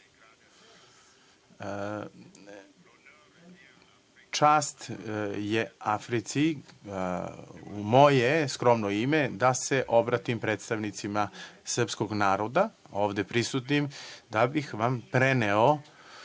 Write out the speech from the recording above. čast je Africi u moje skromno ime da se obratim predstavnicima srpskog naroda, ovde prisutnim da bih vam preneo